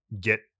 get